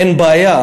אין בעיה.